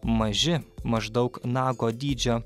maži maždaug nago dydžio